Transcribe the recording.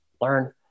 learn